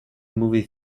movie